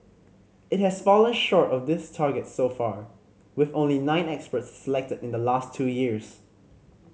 it has fallen short of this target so far with only nine experts selected in the last two years